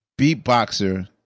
beatboxer